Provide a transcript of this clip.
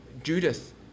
Judith